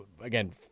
again